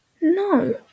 No